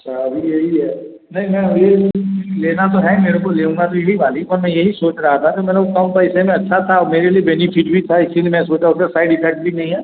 अच्छा अभी यही है नहीं मैं ये नहीं लेना तो है मेरे को लेऊँगा तो यही वाली और में यही सोंच रहा था कि मेरे को कम पैसे में अच्छा था मेरे लिए बेनिफ़िट भी पाए फिर मैं सोचा उसका साइड इफ़ेक्ट भी नहीं है